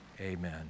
amen